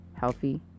healthy